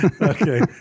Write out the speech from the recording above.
okay